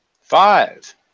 five